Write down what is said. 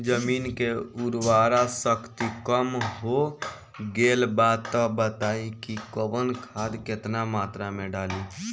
जमीन के उर्वारा शक्ति कम हो गेल बा तऽ बताईं कि कवन खाद केतना मत्रा में डालि?